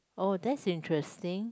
oh that's interesting